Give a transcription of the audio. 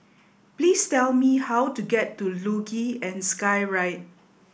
please tell me how to get to Luge and Skyride